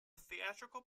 theatrical